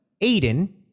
Aiden